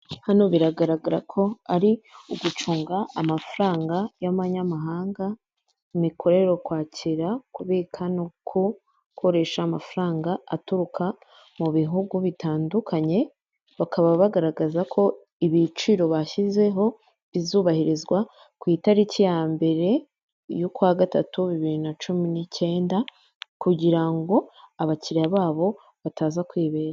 Hano biragaragara ko ari ugucunga amafaranga y'abanyamahanga imikorere yo kwakira, kubika no gukoresha amafaranga aturuka mu bihugu bitandukanye bakaba bagaragaza ko ibiciro bashyizeho bizubahirizwa ku itariki ya mbere y'ukwa gatatu bibiri na cumi nicyenda kugira ngo abakiriya babo bataza kwibeshya.